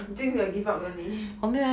seems like 你 give up liao 你